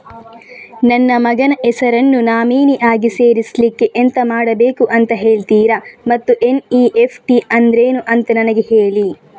ನನ್ನ ಮಗನ ಹೆಸರನ್ನು ನಾಮಿನಿ ಆಗಿ ಸೇರಿಸ್ಲಿಕ್ಕೆ ಎಂತ ಮಾಡಬೇಕು ಅಂತ ಹೇಳ್ತೀರಾ ಮತ್ತು ಎನ್.ಇ.ಎಫ್.ಟಿ ಅಂದ್ರೇನು ಅಂತ ನನಗೆ ಹೇಳಿ